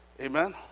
amen